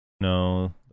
No